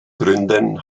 gründen